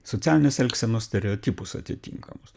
socialinės elgsenos stereotipus atitinkamus